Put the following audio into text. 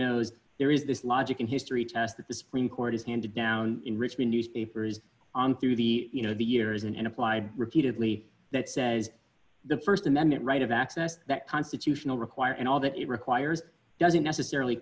knows there is this logic and history test that the supreme court has handed down in richmond newspapers on through the you know the years and applied repeatedly that says the st amendment right of access that constitutional required and all that it requires doesn't necessarily